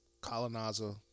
colonizer